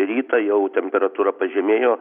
rytą jau temperatūra pažemėjo